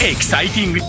Exciting